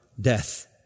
death